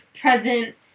present